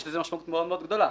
יש לזה משמעות מאוד גדולה.